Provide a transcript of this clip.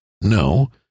No